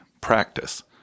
practice